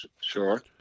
Sure